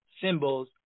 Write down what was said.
symbols